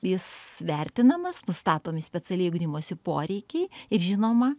jis vertinamas nustatomi specialieji ugdymosi poreikiai ir žinoma